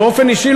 באופן אישי,